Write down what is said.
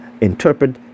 interpret